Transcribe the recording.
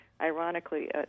ironically